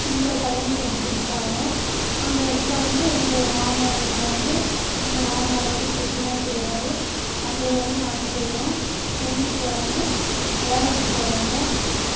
எங்களை கல்யாணம் கட்டி கொடுத்துட்டாங்க அந்த இடத்துல வந்து எங்கள் மாமனார் வீட்டில் வந்து இங்கே மாமனார் வந்து செட்டி தான் செய்கிறாரு அந்த வேலையும் நாங்கள் செய்கிறோம் என் வீட்டுக்காரர் வந்து வேலைக்கு போகிறாங்க